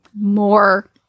more